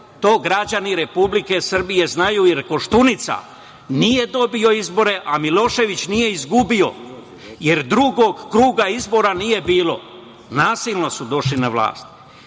to građani Republike Srbije znaju, jer Koštunica nije dobio izbore, a Milošević nije izgubio, jer drugog kruga izbora nije bilo. Nasilno su došli na vlast.